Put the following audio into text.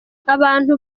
abantu